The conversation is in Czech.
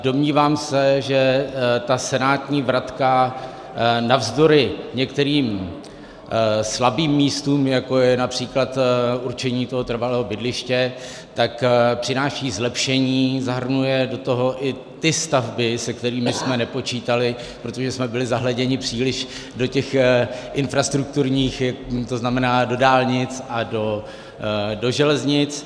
Domnívám se, že ta senátní vratka navzdory některým slabým místům, jako je například určení toho trvalého bydliště, přináší zlepšení, zahrnuje do toho i ty stavby, se kterými jsme nepočítali, protože jsme byli zahleděni příliš do těch infrastrukturních, tzn. do dálnic a do železnic.